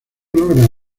logran